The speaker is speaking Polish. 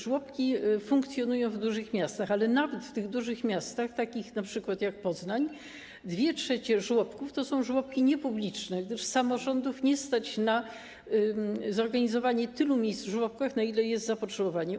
Żłobki funkcjonują głównie w dużych miastach, ale nawet w tych dużych miastach, takich np. jak Poznań, 2/3 żłobków to są żłobki niepubliczne, gdyż samorządów nie stać na zorganizowanie tylu miejsc w żłobkach, na ile jest zapotrzebowanie.